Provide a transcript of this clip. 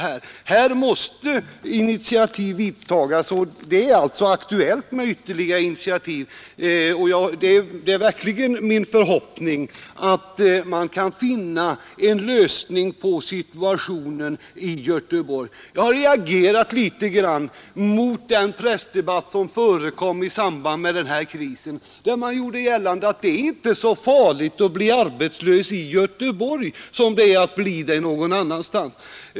Därför är det högst aktuellt att ta ytterligare initiativ. Det är verkligen min förhoppning att man skall finna en lösning på problemen i Göteborg. Jag reagerade mot den pressdebatt som förekom i samband med den här krisen. Man gjorde bl.a. gällande att det inte är så farligt att bli arbetslös i Göteborg som det är att bli arbetslös någon annanstans.